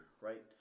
right